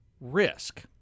risk